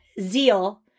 zeal